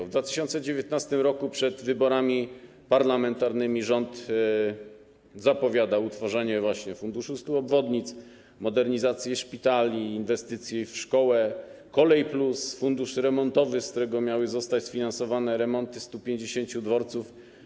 W 2019 r. przed wyborami parlamentarnymi rząd zapowiadał właśnie utworzenie funduszu 100 obwodnic, modernizację szpitali, inwestycje w szkołę, „Kolej+”, fundusz remontowy, z którego miały zostać sfinansowane remonty 150 dworców.